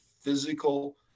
physical